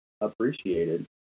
appreciated